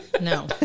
No